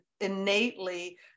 innately